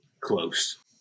close